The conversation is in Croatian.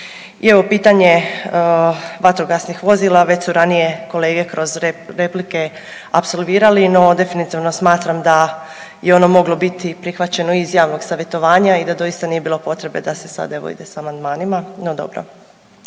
I evo pitanje vatrogasnih vozila, već su ranije kolege kroz replike apsolvirali, no definitivno smatram da je ono moglo biti prihvaćeno iz javnog savjetovanja i da doista nije bilo potrebe da se sad evo ide sa amandmanima. No dobro.